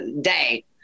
day